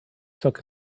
took